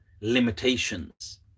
limitations